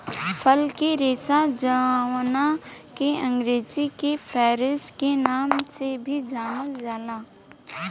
फल के रेशा जावना के अंग्रेजी में रफेज के नाम से भी जानल जाला